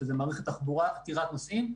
שזה מערכת תחבורה עתירת נוסעים,